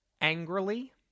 angrily